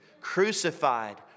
crucified